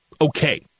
okay